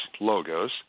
logos